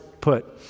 put